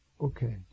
Okay